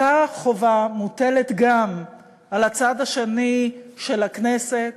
אותה חובה מוטלת גם על הצד השני של הכנסת